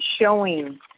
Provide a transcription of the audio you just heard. showing